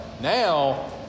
now